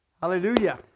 Hallelujah